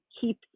keep